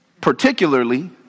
Particularly